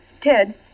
Ted